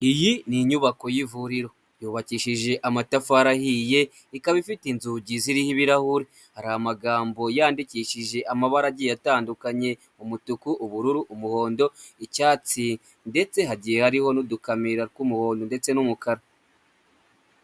Iyi ni inyubako y'ivuriro yubakishije amatafari ahiye ikaba ifite inzugi ziriho ibirahuri. Hari amagambo yandikishije amabara agiye atandukanye; umutuku, ubururu, umuhondo, icyatsi ndetse hagiye hariho n'udukamera tw'umuhondo ndetse n'umukara.